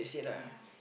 ya